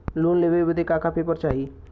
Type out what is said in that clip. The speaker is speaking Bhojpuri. लोन लेवे बदे का का पेपर चाही?